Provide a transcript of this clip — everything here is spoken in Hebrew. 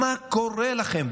מה קורה לכם?